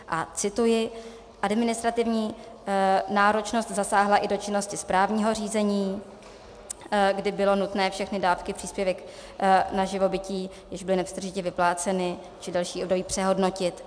A cituji: Administrativní náročnost zasáhla i do činnosti správního řízení, kdy bylo nutné všechny dávky příspěvek na živobytí, jež byly nepřetržitě vypláceny, či další období přehodnotit.